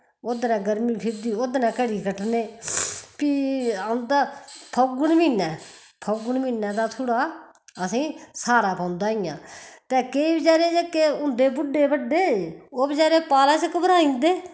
ओह्दै नै गर्मी फिरदी ओह्दै नै घड़ी कट्टने फ्ही औंदा फौगन म्ही्नै फौगन महीनै तांह् थोड़ा असें सैह्ना पौंदा इ'यां ते केई बचैरे जेह्के होंदे बुड्डे बड्डे ओह् बचैरे पालै शा घवराई जंदे